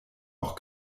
auch